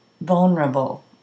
vulnerable